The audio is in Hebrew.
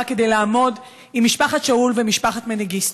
כדי לעמוד עם משפחת שאול ומשפחת מנגיסטו.